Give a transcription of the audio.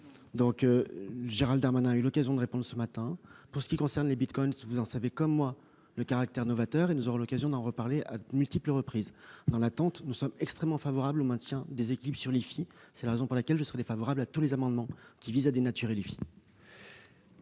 Gérald Darmanin a eu l'occasion de répondre ce matin à la question que vous posez. Vous connaissez, comme moi, le caractère novateur des bitcoins. Nous aurons l'occasion d'en reparler à de multiples reprises. Dans l'attente, nous sommes extrêmement favorables au maintien des équilibres sur l'IFI. C'est la raison pour laquelle je serai défavorable à tous les amendements qui visent à dénaturer cet